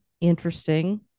interesting